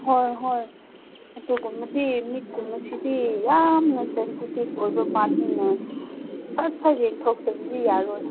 ꯍꯣꯏ ꯍꯣꯏ ꯑꯗꯨꯒꯨꯝꯕꯗꯤ ꯃꯤꯠ ꯀꯨꯝꯕꯁꯤꯗꯤ ꯌꯥꯝꯅ ꯁꯦꯟꯁꯤꯇꯤꯕ ꯑꯣꯏꯕ ꯄꯥꯠꯅꯤꯅ ꯑꯁ ꯍꯌꯦꯡ ꯐꯣꯠꯇꯕꯗꯤ ꯌꯥꯔꯣꯏ